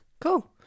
Cool